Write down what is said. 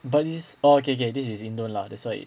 but it's orh okay okay this is indon lah that's why